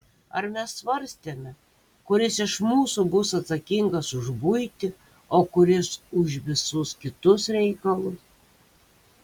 ar mes svarstėme kuris iš mūsų bus atsakingas už buitį o kuris už visus kitus reikalus